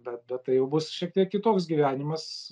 bet bet tai jau bus šiek tiek kitoks gyvenimas